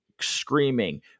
screaming